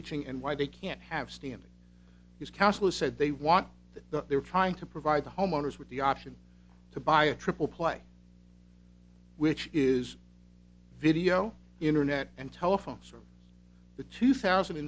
reaching and why they can't have standing his council said they want that they were trying to provide the homeowners with the option to buy a triple play which is video internet and telephones are the two thousand